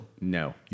No